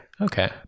Okay